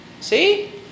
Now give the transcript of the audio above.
See